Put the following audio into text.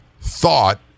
thought